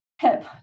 hip